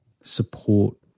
support